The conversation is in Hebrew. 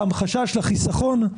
שכותרתו: המחשה של החיסכון לרוכש.)